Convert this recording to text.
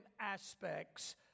aspects